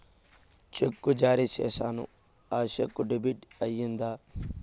చెక్కు జారీ సేసాను, ఆ చెక్కు డెబిట్ అయిందా